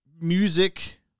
music